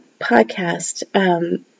podcast